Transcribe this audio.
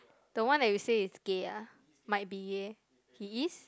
the one that you say is gay ah might be gay he is